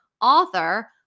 author